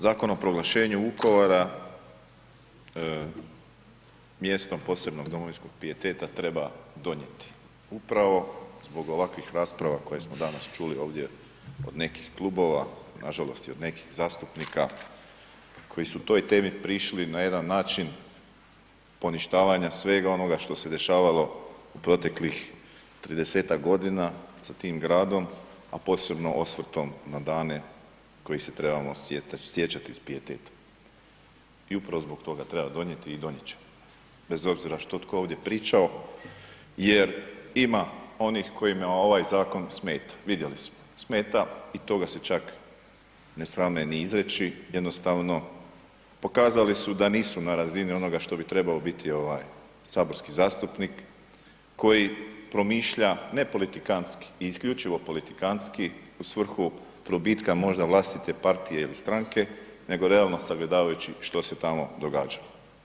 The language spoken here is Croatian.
Zakon o proglašenju Vukovara mjestom posebnog domovinskog pijeteta treba donjeti upravo zbog ovakvih rasprava koje smo danas čuli ovdje od nekih klubova, nažalost i od nekih zastupnika koji su toj temi prišli na jedan način poništavanja svega onoga što se dešavalo u proteklih 30-tak godina sa tim gradom, a posebno osvrtom na dane kojih se trebamo sjećati s pijetetom i upravo zbog toga treba donjeti i donjet ćemo bez obzira što tko ovdje pričao jer ima onih kojima ovaj zakon smeta, vidjeli smo smeta i toga se čak ne srame ni izreći, jednostavno pokazali su da nisu na razini onoga što bi trebao biti ovaj saborski zastupnik koji promišlja ne politikanski i isključivo politikanski u svrhu probitka možda vlastite partije il stranke, nego realno sagledavajući što se tamo događalo.